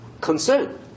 Concern